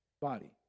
body